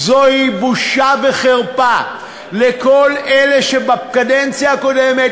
זוהי בושה וחרפה לכל אלה שבקדנציה הקודמת